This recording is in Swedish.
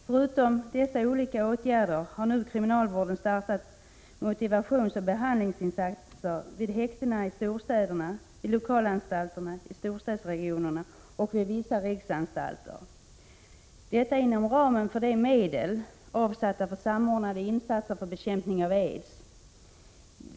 Förutom dessa olika åtgärder har nu kriminalvården startat motivationsoch behandlingsinsatser vid häktena i storstäderna, vid lokalanstalterna i storstadsregionerna och vid vissa riksanstalter. Detta sker inom ramen för de medel som är avsatta för samordnande insatser för bekämpning av aids.